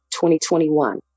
2021